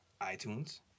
iTunes